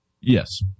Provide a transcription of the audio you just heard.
Yes